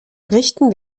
richten